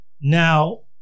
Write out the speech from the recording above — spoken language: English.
now